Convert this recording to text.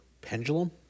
pendulum